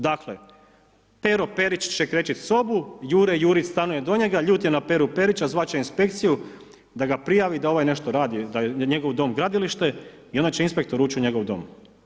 Dakle Pero Perić će krečiti sobu, Jure Jurić stanuje do njega, ljut je na Peru Perića, zvat će inspekciju da ga prijavi, da ovaj nešto radi, da je njegov dom gradilište i onda će inspektor ući u njegov dom.